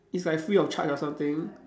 it's like free of charge or something